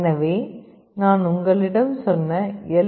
எனவே நான் உங்களிடம் சொன்ன எல்